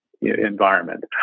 environment